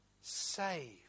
save